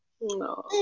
No